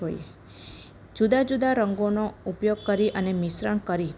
હોય જુદા જુદા રંગોનો ઉપયોગ કરી અને મિશ્રણ કરી